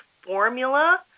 formula